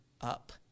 up